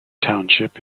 township